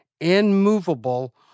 immovable